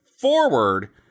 forward